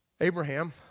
Abraham